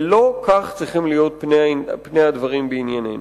ולא כך צריכים להיות פני הדברים בענייננו.